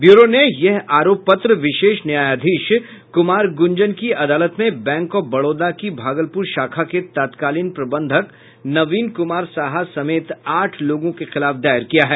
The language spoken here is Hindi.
ब्यूरो ने यह आरोप पत्र विशेष न्यायाधीश कुमार गुंजन की अदालत में बैंक ऑफ बड़ौदा की भागलपुर शाखा के तत्कालीन प्रबंधक नवीन कुमार साहा समेत आठ लोगों के खिलाफ दायर किया है